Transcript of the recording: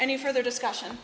any further discussion